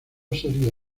sería